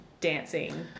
dancing